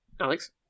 Alex